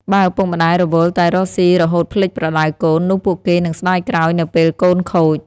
បើឪពុកម្ដាយរវល់តែរកស៊ីរហូតភ្លេចប្រដៅកូន នោះពួកគេនឹងស្ដាយក្រោយនៅពេលកូនខូច។